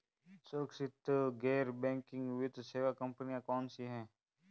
सुरक्षित गैर बैंकिंग वित्त सेवा कंपनियां कौनसी हैं?